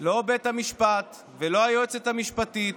לא בית המשפט ולא היועצת המשפטית,